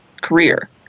career